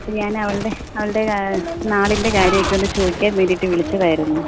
അപ്പോൾ ഞാൻ അവളുടെ അവളുടെ നാളിൻറെ കാര്യമൊക്കെ ഒന്ന് ചോദിക്കാൻ വേണ്ടിയിട്ട് വിളിച്ചതായിരുന്നു